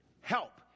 help